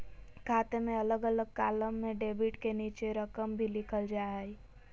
खाते में अलग अलग कालम में डेबिट के नीचे रकम भी लिखल रहा हइ